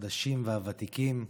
החדשים והוותיקים.